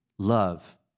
Love